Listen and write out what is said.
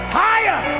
higher